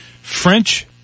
French